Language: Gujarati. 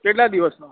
કેટલા દિવસનું